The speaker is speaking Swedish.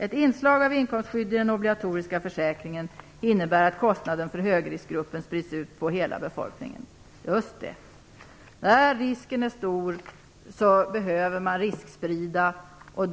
Ett inslag av inkomstskydd i den obligatoriska försäkringen innebär att kostnader för högriskgruppen sprids ut på hela befolkningen. Just det! När risken är stor behöver man risksprida och